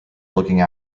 looking